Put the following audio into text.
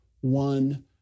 one